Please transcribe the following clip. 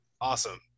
Awesome